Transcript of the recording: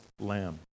lamb